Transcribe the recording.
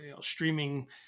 streaming